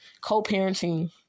co-parenting